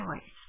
choice